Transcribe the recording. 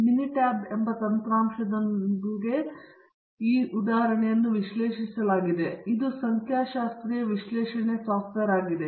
mini tab ತಂತ್ರಾಂಶವನ್ನು ಬಳಸಿಕೊಂಡು ಈ ಉದಾಹರಣೆಯನ್ನು ವಿಶ್ಲೇಷಿಸಲಾಗಿದೆ ಇದು ಸಂಖ್ಯಾಶಾಸ್ತ್ರೀಯ ವಿಶ್ಲೇಷಣೆ ಸಾಫ್ಟ್ವೇರ್ ಆಗಿದೆ